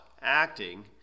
acting